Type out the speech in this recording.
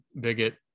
bigot